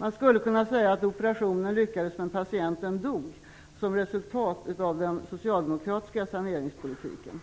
Man skulle kunna säga att operationen lyckades, men patienten dog, som ett resultat av den socialdemokratiska saneringspolitiken